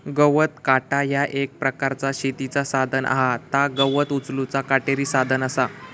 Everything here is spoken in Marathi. गवत काटा ह्या एक प्रकारचा शेतीचा साधन हा ता गवत उचलूचा काटेरी साधन असा